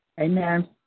Amen